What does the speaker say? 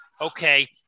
okay